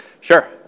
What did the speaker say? Sure